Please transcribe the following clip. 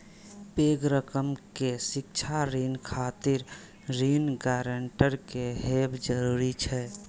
पैघ रकम के शिक्षा ऋण खातिर ऋण गारंटर के हैब जरूरी छै